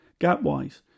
gap-wise